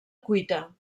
cuita